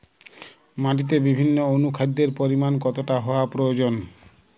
মাটিতে বিভিন্ন অনুখাদ্যের পরিমাণ কতটা হওয়া প্রয়োজন?